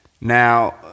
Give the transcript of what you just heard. Now